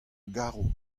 garo